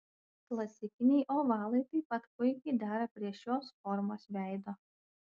klasikiniai ovalai taip pat puikiai dera prie šios formos veido